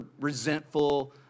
resentful